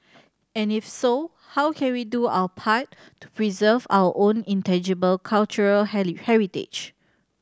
and if so how can we do our part to preserve our own intangible cultural heritage